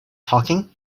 talking